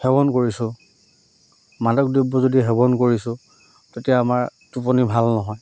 সেৱন কৰিছোঁ মাদক দ্ৰব্য যদি সেৱন কৰিছোঁ তেতিয়া আমাৰ টোপনি ভাল নহয়